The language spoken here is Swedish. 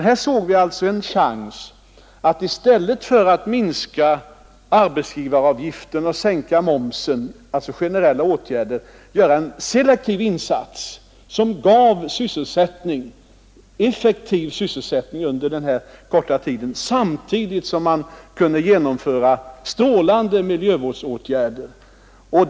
Här såg vi nu en chans att i stället för att minska arbetsgivaravgifterna och sänka momsen — dvs. vidta generella åtgärder — göra en selektiv insats som skulle ge effektiv sysselsättning under en kort tid samtidigt som värdefulla miljövårdsåtgärder kunde vidtas.